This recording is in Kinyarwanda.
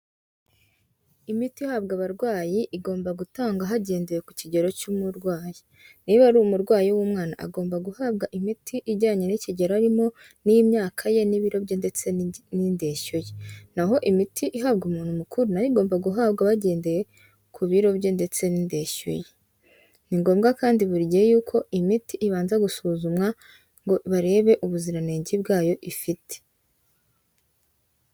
Imiti ihabwa abarwayi igomba gutangwa hagendewe ku kigero cy'umurwayi. Niba ari umurwayi w'umwana agomba guhabwa imiti ijyanye n'ikigero arimo n'imyaka ye n'ibiro ndetse n'indeshyo ye. Naho imiti ihabwa umuntu mukuru na yo igomba guhabwa bagendeye ku biro bye ndetse n'indeshyo ye. Ni ngombwa kandi buri gihe yuko imiti ibanza gusuzumwa ngo barebe ubuziranenge bwayo ifite.